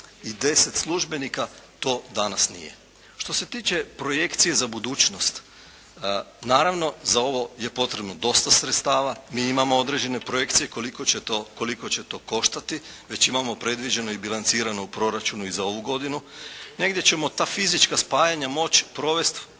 i deset službenika to danas nije. Što se tiče projekcije za budućnost, naravno za ovo je potrebno dosta sredstava. Mi imamo određene projekcije koliko će to koštati. Već imamo predviđeno i bilancirano u proračunu i za ovu godinu. Negdje ćemo ta fizička spajanja moći provesti